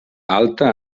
alta